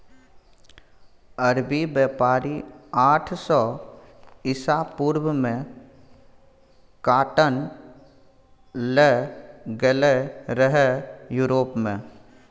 अरबी बेपारी आठ सय इसा पूर्व मे काँटन लए गेलै रहय युरोप मे